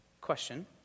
question